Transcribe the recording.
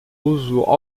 uso